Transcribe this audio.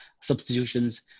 substitutions